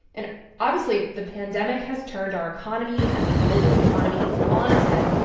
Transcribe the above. and obviously, the pandemic has turned our economy and the global economy on its head,